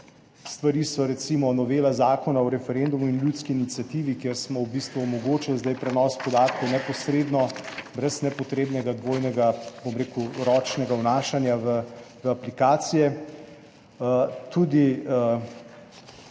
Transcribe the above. stvari so recimo novela Zakona o referendumu in o ljudski iniciativi, kjer smo v bistvu omogočili zdaj prenos podatkov neposredno, brez nepotrebnega dvojnega ročnega vnašanja v aplikacije, vse